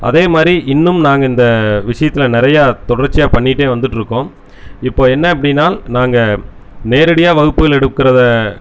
அதே மாதிரி இன்னும் நாங்கள் இந்த விஷயத்துல நிறையா தொடர்ச்சியாக பண்ணிகிட்டே வந்துட்டுருக்கோம் இப்போது என்ன அப்படின்னா நாங்கள் நேரடியாக வகுப்புகள் எடுக்கறதை